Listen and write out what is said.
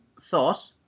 thought